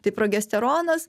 tai progesteronas